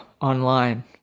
online